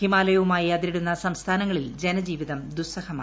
ഹിമാലയവുമായി അതിരിടുന്ന സംസ്ഥാനങ്ങളിൽ ജനജീവിതം ദുസ്സഹമായി